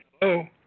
Hello